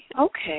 okay